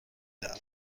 دهند